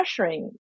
pressuring